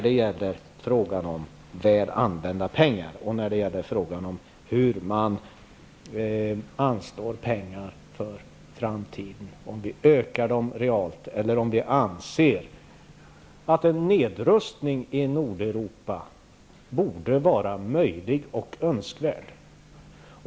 Det gäller frågan om väl använda pengar och frågan om hur man anslår pengar för framtiden -- om vi ökar dem realt eller om vi anser att en nedrustning i Nordeuropa borde vara möjlig och önskvärd.